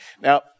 Now